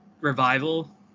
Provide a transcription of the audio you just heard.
revival